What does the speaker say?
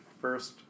first